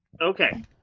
Okay